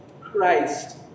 Christ